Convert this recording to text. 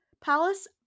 Palace